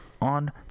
on